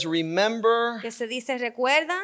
remember